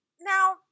now